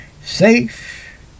safe